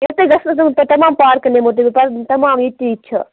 ییٚتہِ حظ گَژھو تَمام پارکن نِمہو تُہۍ بہٕ تمام ییٚتہِ یہِ چھَ